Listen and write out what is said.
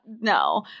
no